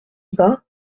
bas